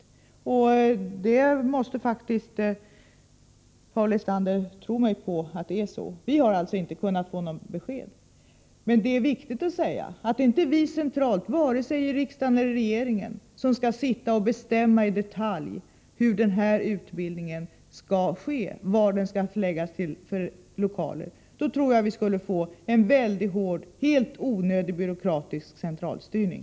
Paul Lestander måste faktiskt tro mig när jag säger att det är så. Vi har inte kunnat få något besked. Det är viktigt att säga att det inte är vare sig riksdagen eller regeringen som skall bestämma i detalj hur och i vilka lokaler utbildningen skall ske. Om vi gjorde det skulle vi få en hård och helt onödig byråkratisk centralstyrning.